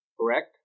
correct